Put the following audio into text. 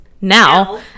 Now